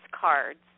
cards